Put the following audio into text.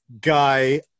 guy